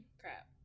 crap